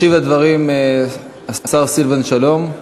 ישיב על הדברים השר סילבן שלום,